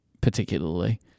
particularly